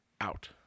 out